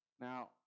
Now